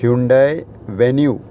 Hyundai venue